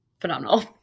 phenomenal